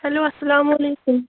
hello اَسَلامُ عَلیکُم